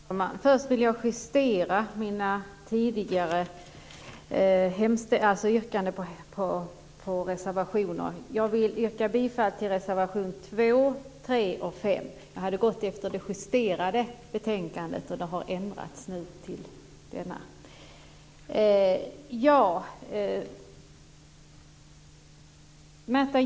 Fru talman! Först vill jag justera mitt tidigare yrkande på bifall till reservationer. Jag vill yrka bifall till reservationerna 2, 3 och 5. Jag hade gått efter det justerade betänkandet. Det har ändrats nu.